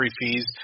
fees